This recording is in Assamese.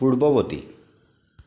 পূৰ্ৱবৰ্তী